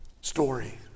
story